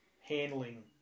handling